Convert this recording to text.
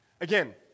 Again